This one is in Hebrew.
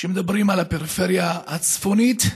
כשמדברים על הפריפריה הצפונית,